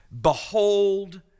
Behold